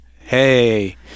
Hey